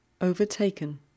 overtaken